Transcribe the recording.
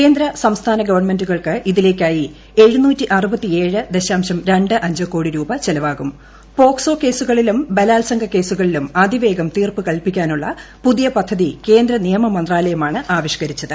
കേന്ദ്ര സംസ്ഥാന ഗവൺമെന്റുകൾക്ക് ഇതിലേക്കായി പോക്സോ കേസുകളിലും ബലാൽസംഗ കേസുകളിലും അതിവേഗം തീർപ്പ് കൽപ്പിക്കാനുള്ള പുതിയ പദ്ധതി കേന്ദ്ര നിയമ മന്ത്രാലയമാണ് ആവിഷ്ക്കരിച്ചത്